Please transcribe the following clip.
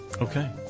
Okay